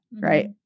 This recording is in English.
right